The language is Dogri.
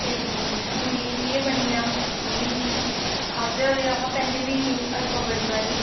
फिर में महां एह् हून केह् बनी गेआ में खाद्धे दा ऐहा हल्वा पैह्लें बी बड़े बारी